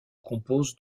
compose